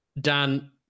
Dan